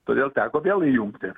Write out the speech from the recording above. todėl teko vėl įjungti